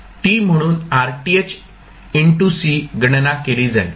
τ म्हणून RThC गणना केली जाईल